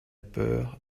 peur